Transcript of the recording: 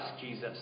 Jesus